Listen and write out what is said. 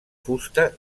fusta